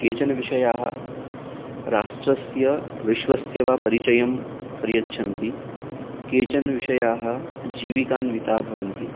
केचन विषयाः राष्ट्रस्य विश्वस्य वा परिचयं प्रयच्छन्ति केचन विषयाः जीविकान्विताः भवन्ति